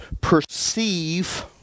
perceive